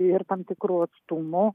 ir tam tikrų atstumų